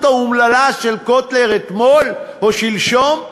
האומללה של קוטלר אתמול או שלשום.